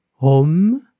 OM